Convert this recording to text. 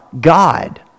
God